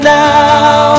now